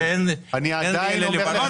ואין לי אלא לברך על כך.